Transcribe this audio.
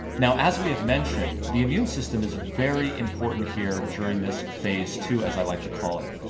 now as we have mentioned, the immune system is very important here during this phase two, as i like to call it,